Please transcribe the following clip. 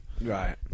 right